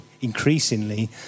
increasingly